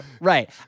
Right